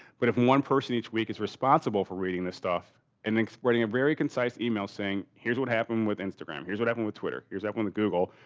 but if one person each week is responsible for reading this stuff and then spreading a very concise email saying here's what happened with instagram, here's what happened with twitter, here's that one with google,